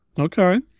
Okay